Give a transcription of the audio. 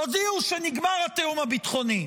תודיעו שנגמר התיאום הביטחוני,